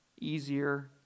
easier